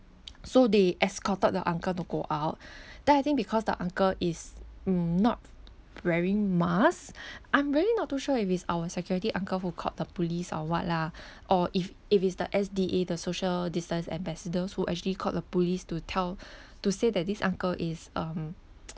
so they escorted the uncle to go out then I think because the uncle is mm not wearing mask I'm really not too sure if it's our security uncle who called the police or what lah or if if it's the S_D_A the social distance ambassadors who actually called the police to tell to say that this uncle is um